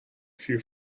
few